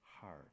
hard